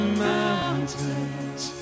mountains